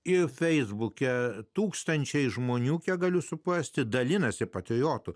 ir feisbuke tūkstančiai žmonių kiek galiu suprasti dalinasi patriotu